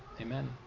Amen